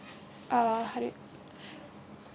uh how to